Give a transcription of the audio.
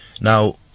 Now